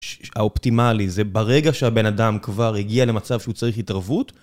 האופטימלי זה ברגע שהבן אדם כבר הגיע למצב שהוא צריך התערבות